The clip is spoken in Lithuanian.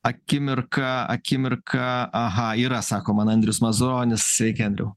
akimirka akimirka aha yra sako man andrius mazuronis sveiki andriau